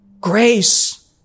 grace